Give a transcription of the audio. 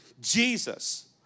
Jesus